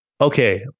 Okay